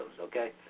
okay